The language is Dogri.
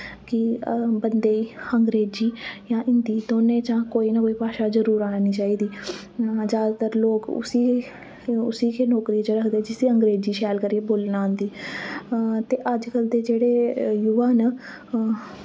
कि बंदे गी अंग्रेजी यां हिन्दी दोनें चा कोई ना कोई भाशा जरूर आनी चाहिदी जैदातर लोक उस्सी उस्सी गै नौकरी च रखदे जिसी अंग्रेजी शैल करियै बोलना आंदी ते ते अजकल्ल दे जेह्ड़े युवा न